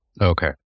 Okay